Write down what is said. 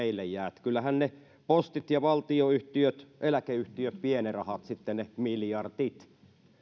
meille jää että kyllähän ne postit ja valtionyhtiöt eläkeyhtiöt vievät ne rahat sitten ne miljardit